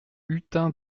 hutin